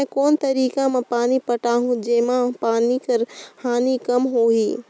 मैं कोन तरीका म पानी पटाहूं जेमा पानी कर हानि कम होही?